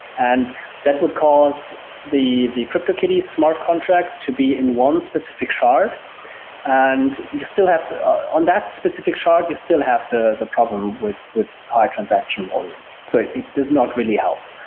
and that would cause the the cryptokitties smart contract to be in one specific shard and you still have on that specific shard, you still have the the problem with with high transaction volume. so it does not really help.